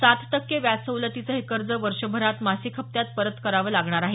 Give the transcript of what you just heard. सात टक्के व्याज सवलतीचे हे कर्ज वर्षभरात मासिक हप्त्यात परत करावे लागणार आहे